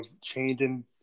changing